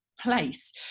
place